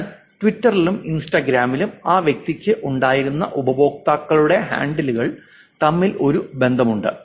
എന്നാൽ ട്വിറ്ററിലും ഇൻസ്റ്റാഗ്രാമിലും ആ വ്യക്തിക്ക് ഉണ്ടായിരുന്ന ഉപയോക്താക്കളുടെ ഹാൻഡിലുകൾ തമ്മിൽ ഒരു ബന്ധമുണ്ട്